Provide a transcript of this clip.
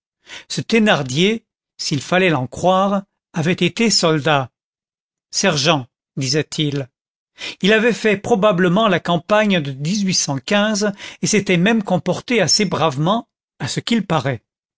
ce thénardier s'il fallait l'en croire avait été soldat sergent disait-il il avait fait probablement la campagne de et s'était même comporté assez bravement à ce qu'il paraît